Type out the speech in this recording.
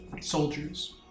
soldiers